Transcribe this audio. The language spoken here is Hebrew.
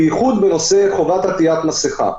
בייחוד בנושא חובת עטיית מסכה.